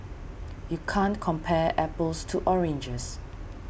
you can't compare apples to oranges